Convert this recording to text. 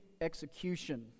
execution